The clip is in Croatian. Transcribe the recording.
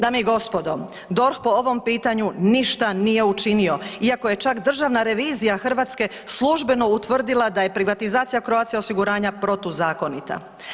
Dame i gospodo, DORH po ovom pitanju ništa nije učinio iako je čak Državna revizije Hrvatske službeno utvrdila da je privatizacija Croatia osiguranja protuzakonita.